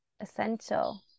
essential